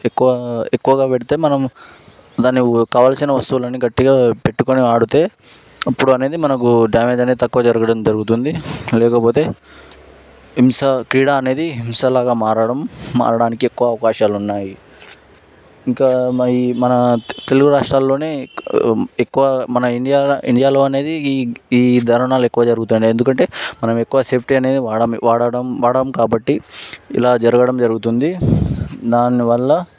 ఎక్కువ ఎక్కువగా పెడితే మనం దాన్ని కావాల్సిన వస్తువులు అన్ని గట్టిగా పెట్టుకొని ఆడితే అప్పుడు అనేది మనకు డ్యామేజ్ అనేది తక్కువ జరగడం జరుగుతుంది లేకపోతే హింస క్రీడా అనేది హింసలాగా మారడం మారడానికి ఎక్కువ అవకాశాలు ఉన్నాయి ఇంకా మై మన తెలుగు రాష్ట్రాలలోనే ఎక్కువ మన ఇండియా ఇండియాలో అనేది ఈ ఈ దారుణాలు ఎక్కువగా జరుగుతున్నాయి ఎందుకంటే మనం ఎక్కువ సేఫ్టీ అనేది వాడం వాడడం వాడం కాబట్టి ఇలా జరగడం జరుగుతుంది దానివల్ల